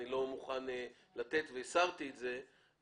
אני לא מוכן לתת והסרתי את זה,